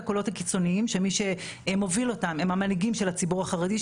הקולות הקיצוניים שמי שמוביל אותם הם המנהיגים של הציבור החרדי,